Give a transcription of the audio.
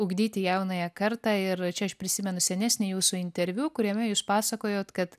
ugdyti jaunąją kartą ir čia aš prisimenu senesnį jūsų interviu kuriame jūs pasakojot kad